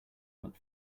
but